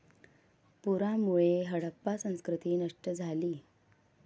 पुरामुळे हडप्पा संस्कृती नष्ट झाली